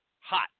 hot